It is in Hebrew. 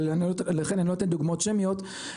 לכן אני לא אתן דוגמאות שמיות,